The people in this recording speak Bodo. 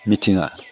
मिथिङा